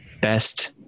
best